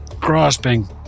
grasping